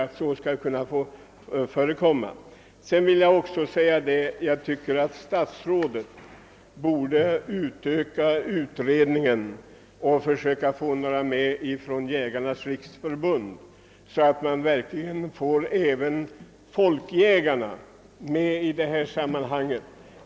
Jag tycker också att statsrådet borde utöka utredningen med några representanter för Jägarnas riksförbund, så att man verkligen får med även de s.k. »folkjägarna» i detta sammanhang.